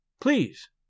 Please